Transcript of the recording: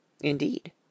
Indeed